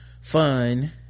fun